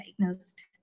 diagnosed